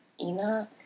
Enoch